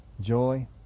Joy